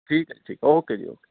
ਠੀਕ ਹੈ ਜੀ ਠੀਕ ਓਕੇ ਜੀ ਓਕੇ